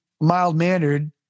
mild-mannered